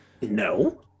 no